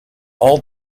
all